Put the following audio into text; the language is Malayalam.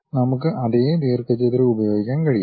നമുക്ക് അതേ ദീർഘചതുരം ഉപയോഗിക്കാൻ കഴിയും